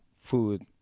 food